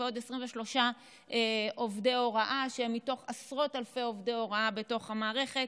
ועוד 23 עובדי הוראה מתוך עשרות אלפי עובדי הוראה בתוך המערכת.